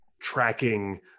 tracking